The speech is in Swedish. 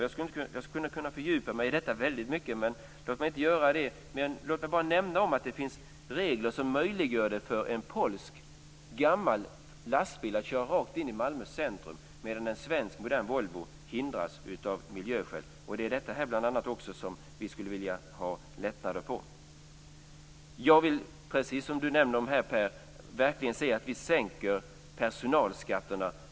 Jag skulle kunna fördjupa mig väldigt mycket i detta, men låt mig inte göra det. Låt mig bara nämna att det finns regler som möjliggör för en polsk gammal lastbil att köra rakt in i Malmö centrum, medan en svensk modern Volvo hindras av miljöskäl. Det är bl.a. här vi skulle vilja ha lättnader. Jag vill, precis som Per nämner, verkligen se att vi sänker personalskatterna.